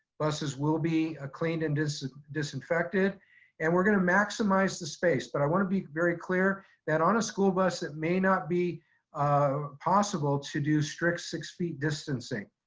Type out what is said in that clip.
buses will be ah cleaned and disinfected and we're gonna maximize the space. but i wanna be very clear that on a school bus that may not be um possible to do strict six feet distancing.